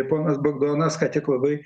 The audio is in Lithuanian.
ponas bagdonas ką tik labai